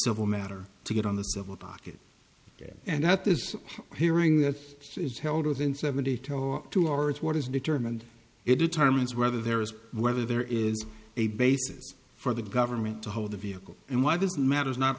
civil matter to get on the civil docket and that this hearing that is held within seventy two hours what is determined it determines whether there is whether there is a basis for the government to hold the vehicle and why this matters not